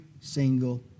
single